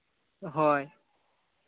ᱦᱳᱭ